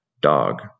dog